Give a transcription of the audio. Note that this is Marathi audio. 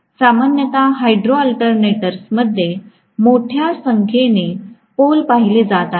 सामान्यत हायड्रो अल्टरनेटरमध्ये मोठ्या संख्येने पोल पाहिले जात आहेत